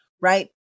right